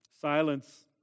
silence